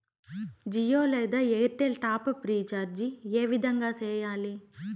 జియో లేదా Airtel top up recharge ఏ విధంగా సేయాలి